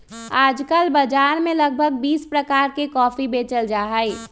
आजकल बाजार में लगभग बीस प्रकार के कॉफी बेचल जाहई